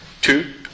Two